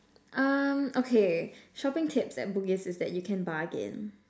um okay shopping tips at Bugis is that you can bargain